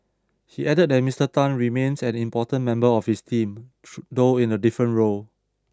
he added that Mister Tan remains an important member of his team should though in a different role